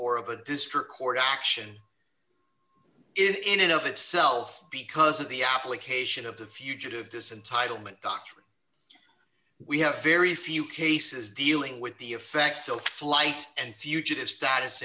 or of a district court action in and of itself because of the application of the fugitive dessen title meant doctrine we have very few cases dealing with the effect of flight and fugitive status